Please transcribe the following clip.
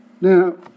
Now